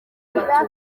abatutsi